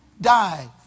die